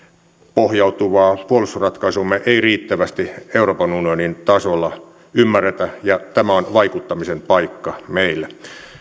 pohjautuvaa puolustusratkaisuamme ei riittävästi euroopan unionin tasolla ymmärretä ja tämä on vaikuttamisen paikka meille